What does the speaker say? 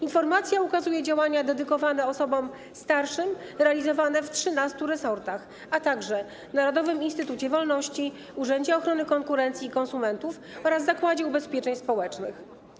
Informacja ukazuje działania dedykowane osobom starszym realizowane w 13 resortach, a także w Narodowym Instytucie Wolności, Urzędzie Ochrony Konkurencji i Konsumentów oraz Zakładzie Ubezpieczeń Społecznych.